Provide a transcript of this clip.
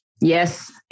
Yes